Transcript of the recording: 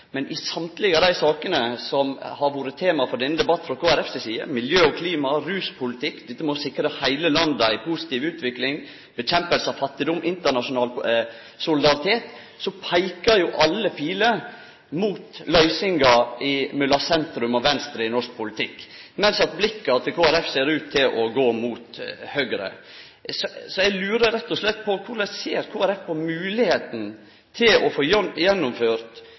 Men i alle dei sakene som har vore tema for denne debatten frå Kristeleg Folkeparti si side, miljø og klima, ruspolitikk, det å sikre heile landet ei positiv utvikling, nedkjemping av fattigdom, internasjonal solidaritet, så peiker alle piler mot løysingar mellom sentrum og venstre i norsk politikk, mens blikka til Kristeleg Folkeparti ser ut for å gå mot høgre. Eg lurer rett og slett på korleis Kristeleg Folkeparti ser på moglegheita for å få gjennomført